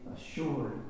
assured